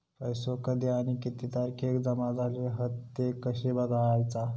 पैसो कधी आणि किती तारखेक जमा झाले हत ते कशे बगायचा?